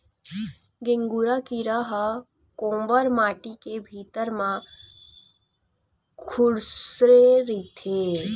गेंगरूआ कीरा ह कोंवर माटी के भितरी म खूसरे रहिथे